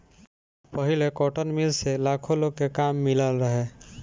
पहिले cotton mill से लाखो लोग के काम मिलल रहे